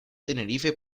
tenerife